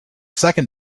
second